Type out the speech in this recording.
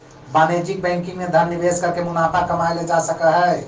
वाणिज्यिक बैंकिंग में धन निवेश करके मुनाफा कमाएल जा सकऽ हइ